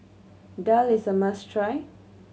daal is a must try